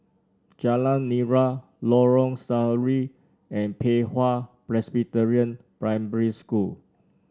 Jalan Nira Lorong Sari and Pei Hwa Presbyterian Primary School